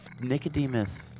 Nicodemus